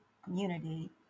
Community